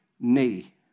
knee